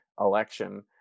election